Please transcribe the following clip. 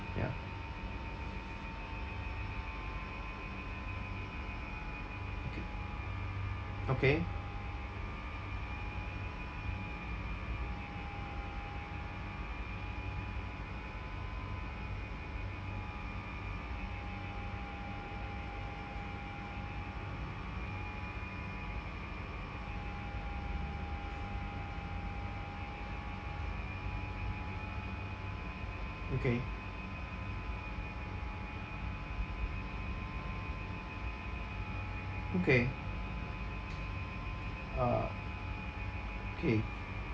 ya okay okay okay okay uh okay